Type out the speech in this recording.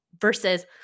versus